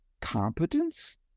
competence